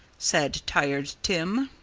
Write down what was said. said tired tim.